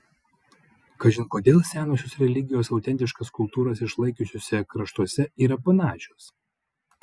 kažin kodėl senosios religijos autentiškas kultūras išlaikiusiuose kraštuose yra panašios